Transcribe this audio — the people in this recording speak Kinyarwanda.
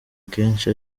kenshi